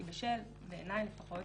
בעיניי לפחות,